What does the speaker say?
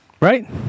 right